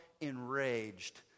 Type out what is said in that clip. enraged